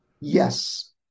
yes